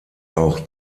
auch